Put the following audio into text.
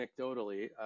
anecdotally